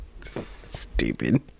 Stupid